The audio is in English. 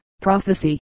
prophecy